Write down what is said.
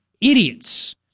idiots